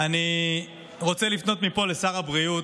אני רוצה לפנות מפה לשר הבריאות,